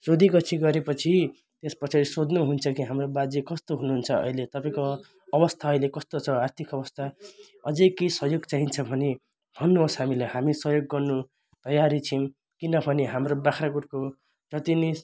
सोधी खोची गरे पछि त्यस पछाडि सोध्नु हुन्छ कि हाम्रो बाजे कस्तो हुनु हुन्छ अहिले तपाईँको अवस्था अहिले कस्तो छ आर्थिक अवस्था अझै केही सहयोग चाहिन्छ भने भन्नु होस् हामीलाई हामी सहयोग गर्नु तयारी छौँ किनभने हाम्रो बाग्राकोटको प्रति नि